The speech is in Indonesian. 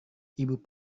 ibu